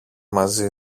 μαζί